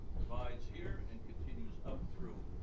divides here, and continues up through